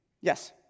yes